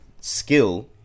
skill